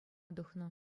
тухнӑ